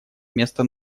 места